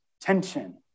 tension